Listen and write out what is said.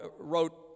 wrote